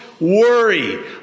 worry